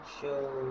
show